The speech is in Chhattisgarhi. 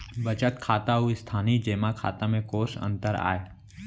बचत खाता अऊ स्थानीय जेमा खाता में कोस अंतर आय?